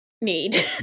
need